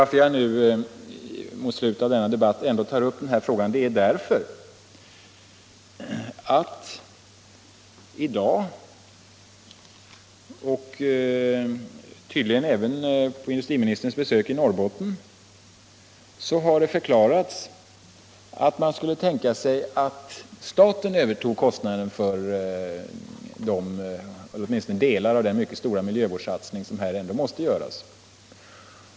Att jag i slutet av denna debatt tar upp denna fråga beror på att det i dag och tydligen även vid industriministerns besök i Norrbotten har förklarats, att man skulle tänka sig att staten övertog kostnaden för åtminstone delar av den mycket stora miljövårdssatsning som måste göras.